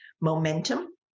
momentum